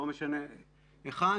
לא משנה היכן,